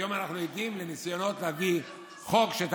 היום אנחנו עדים לניסיונות להביא חוק שאת